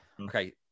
Okay